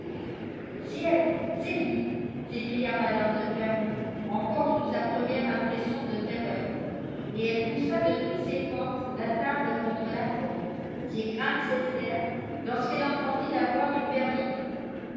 ciel c'est lui s'écria mme de fermont encore sous sa première impression de terreur et elle poussa de toutes ses forces la table contre la porte ses craintes cessèrent lorsqu'elle entendit la voix du